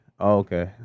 okay